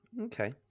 Okay